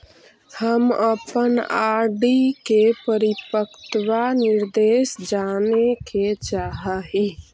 हम अपन आर.डी के परिपक्वता निर्देश जाने के चाह ही